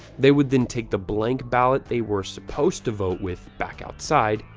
they would then take the blank ballot they were supposed to vote with back outside,